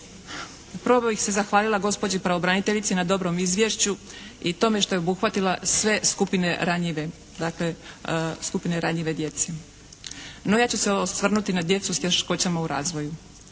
Prvo bih se zahvalila gospođi pravobraniteljici na dobrom izvješću i tome što je obuhvatila sve skupine ranjive. Dakle, skupine ranjive djece. No, ja ću se osvrnuti na djecu s teškoćama u razvoju.